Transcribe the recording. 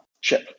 chip